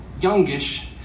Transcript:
youngish